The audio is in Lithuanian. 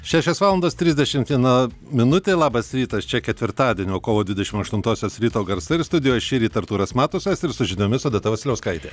šešios valandos trisdešimt viena minutė labas rytas čia ketvirtadienio kovo dvidešim aštuntosios ryto garsai ir studijoj šįryt artūras matusas ir su žiniomis odeta vasiliauskaitė